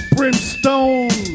Brimstone